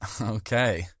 Okay